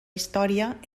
història